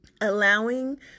Allowing